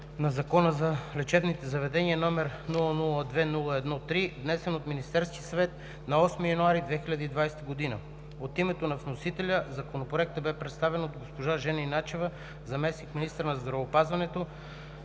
на Закона за лечебните заведения, № 002-01-3, внесен от Министерския съвет на 8 януари 2020 г. От името на вносителя Законопроектът бе представен от госпожа Жени Начева – заместник-министър на здравеопазването,